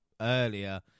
earlier